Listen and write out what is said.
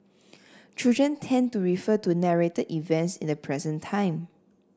children tend to refer to narrated events in the present time